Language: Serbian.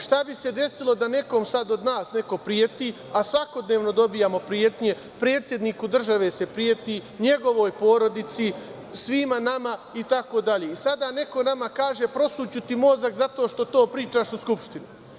Šta bi se desilo da nekom sad od nas neko preti, a svakodnevno dobijamo pretnje, predsedniku države se preti, njegovoj porodici, svima nama, i sada neko nama kaže - prosuću ti mozak zato što to pričaš u Skupštini.